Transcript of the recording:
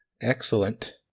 Excellent